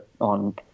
on